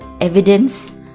evidence